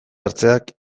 hartzeak